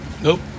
Nope